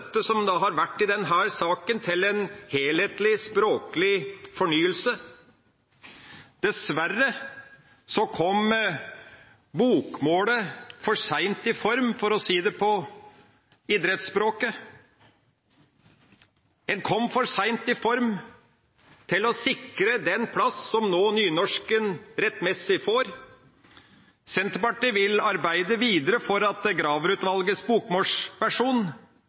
som det har vært i denne saken til en helhetlig språklig fornyelse. Dessverre kom bokmålet for seint i form – for å si det på idrettsspråket. En kom for seint i form til å sikre den plass som nynorsken nå rettmessig får. Senterpartiet vil arbeide videre for at